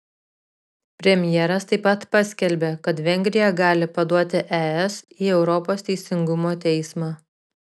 premjeras taip pat paskelbė kad vengrija gali paduoti es į europos teisingumo teismą